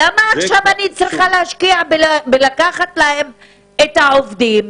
למה עכשיו אני צריכה להשקיע בלקחת להם את העובדים,